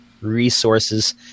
resources